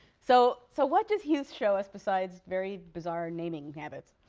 so so what does hughes show us besides very bizarre naming habits?